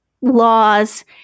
laws